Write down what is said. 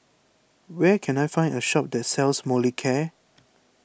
where can I find a shop that sells Molicare